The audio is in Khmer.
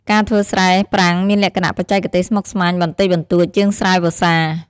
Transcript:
ការធ្វើស្រែប្រាំងមានលក្ខណៈបច្ចេកទេសស្មុគស្មាញបន្តិចបន្តួចជាងស្រែវស្សា។